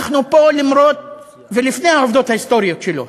אנחנו פה למרות ולפני העובדות ההיסטוריות שלו.